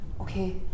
Okay